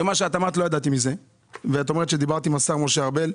אני לא ידעתי על מה שאת אמרת; את אומרת שדיברת עם השר משה ארבל,